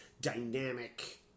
dynamic